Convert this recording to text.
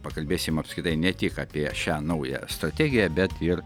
pakalbėsim apskritai ne tik apie šią naują strategiją bet ir